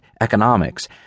economics